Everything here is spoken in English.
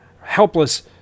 helpless